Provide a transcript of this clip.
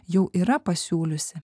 jau yra pasiūliusi